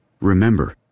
Remember